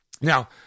Now